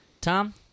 Tom